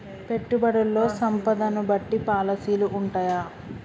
పెట్టుబడుల్లో సంపదను బట్టి పాలసీలు ఉంటయా?